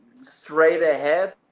straight-ahead